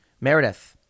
Meredith